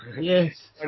Yes